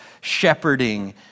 shepherding